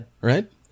Right